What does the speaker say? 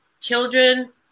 children